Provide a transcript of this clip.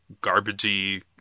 garbagey